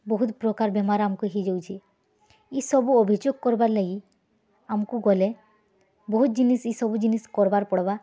ବହୁତ୍ ପ୍ରକାର୍ ବେମାର୍ ଆମ୍କୁ ହେଇଯାଉଚି ଇ ସବୁ ଅଭିଯୋଗ୍ କର୍ବାର୍ ଲାଗି ଆମ୍କୁ ଗଲେ ବହୁତ୍ ଜିନିଷ୍ ଇ ସବୁଜିନଷ୍ କର୍ବାର୍ ପଡ଼୍ବା